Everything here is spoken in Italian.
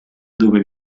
dove